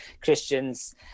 Christians